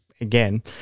again